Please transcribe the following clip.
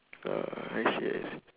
oh I see I see